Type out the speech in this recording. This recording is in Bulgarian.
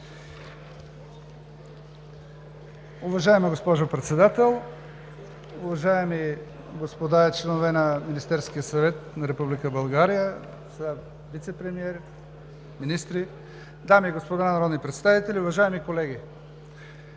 Уважаема госпожо Председател, уважаеми господа и членове на Министерския съвет на Република България, вицепремиери, министри, дами и господа народни представители, уважаеми колеги!